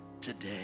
today